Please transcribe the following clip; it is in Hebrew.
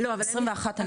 21 אני מדברת.